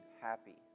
happy